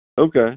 okay